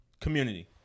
community